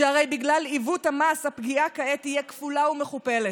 שהרי בגלל עיוות המס הפגיעה כעת תהייה כפולה ומכופלת.